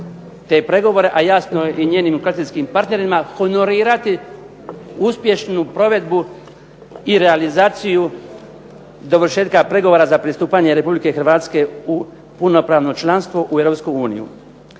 te pregovore, a jasno i njenim koalicijskim partnerima, honorirati uspješnu provedbu i realizaciju dovršetka pregovora za pristupanje Republike Hrvatske u punopravno članstvo u